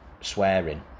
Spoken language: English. swearing